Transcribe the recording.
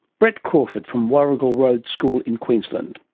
brett crawford from warrigal road school in queensland.